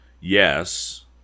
yes